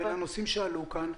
ולנושאים שעלו כאן?